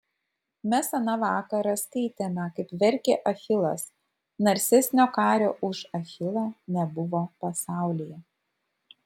mes aną vakarą skaitėme kaip verkė achilas narsesnio kario už achilą nebuvo pasaulyje